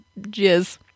jizz